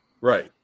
right